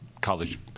college